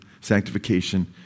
sanctification